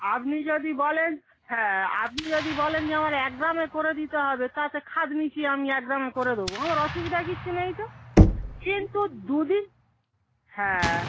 আপনি যদি বলেন হ্যাঁ আপনি যদি বলেন যে আমার এক গ্রামে করে দিতে হবে তাতে খাটনি কী আমি এক গ্রামে করে দেবো আমার অসুবিধা কিচ্ছু নেই তো কিন্তু দুদিন হ্যাঁ